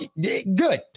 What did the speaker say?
Good